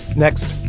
next